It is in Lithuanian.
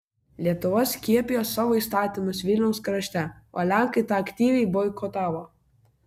lietuva skiepijo savo įstatymus vilniaus krašte o lenkai tą aktyviai boikotavo